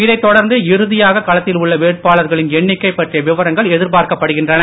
இதைத் தொடர்ந்து இறுதியாக களத்தில் உள்ள வேட்பாளர்களின் எண்ணிக்கை பற்றிய விவரங்கள் எதிர்பார்க்கப்படுகின்றன